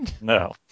No